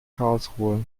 karlsruhe